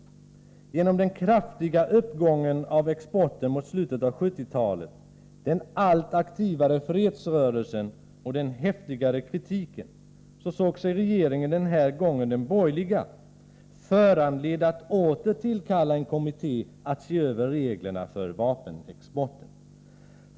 På grund av den kraftiga uppgången av exporten mot slutet av 1970-talet, den allt aktivare fredsrörelsen och den häftigare kritiken såg sig regeringen, den här gången den borgerliga, föranledd att åter tillkalla en kommitté att se över reglerna för vapenexporten.